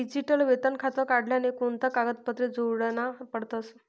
Digital वेतन खातं काढाले कोणता कागदपत्रे जोडना पडतसं?